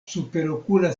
superokula